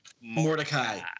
Mordecai